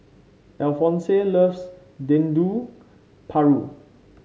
Alphonse loves Dendeng Paru